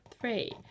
three